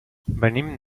venim